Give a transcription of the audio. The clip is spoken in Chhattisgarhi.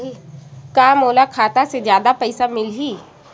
का मोला खाता से जादा पईसा मिलही?